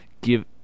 give